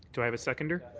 do i have a seconder?